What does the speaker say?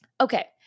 Okay